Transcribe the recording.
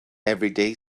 everyday